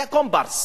היא ה"קומפרס".